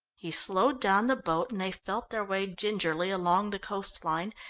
he slowed down the boat, and they felt their way gingerly along the coast line,